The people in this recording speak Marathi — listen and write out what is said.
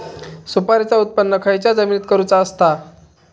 सुपारीचा उत्त्पन खयच्या जमिनीत करूचा असता?